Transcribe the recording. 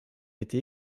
été